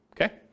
okay